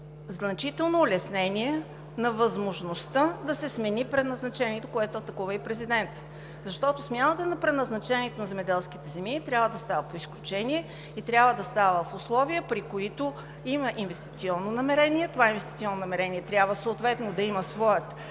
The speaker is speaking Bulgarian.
значително улеснение на възможността да се смени предназначението, което атакува и президентът, защото смяната на предназначението на земеделските земи трябва да става по изключение и в условия, при които има инвестиционно намерение. Това инвестиционно намерение трябва съответно да има своята